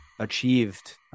achieved